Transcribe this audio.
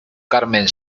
carmen